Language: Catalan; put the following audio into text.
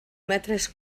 metres